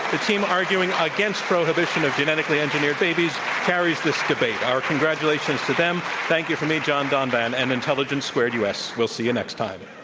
the team arguing against prohibition of genetically engineered babies carries this debate. our congratulations to them. thank you from me, john donvan, and intelligence squared u. s. we'll see you next time.